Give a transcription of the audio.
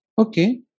okay